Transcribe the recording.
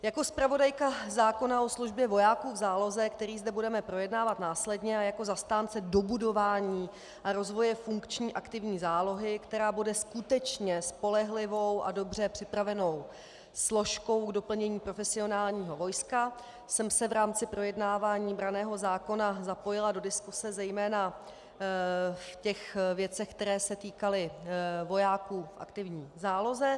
Jako zpravodajka zákona o službě vojáků v záloze, který zde budeme projednávat následně, a jako zastánce dobudování a rozvoje funkční aktivní zálohy, která bude skutečně spolehlivou a dobře připravenou složkou k doplnění profesionálního vojska, jsem se v rámci projednávání branného zákona zapojila do diskuse zejména ve věcech, které se týkaly vojáků v aktivní záloze.